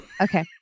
Okay